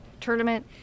tournament